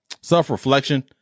self-reflection